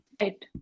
right